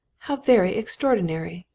how very extraordinary!